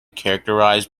characterised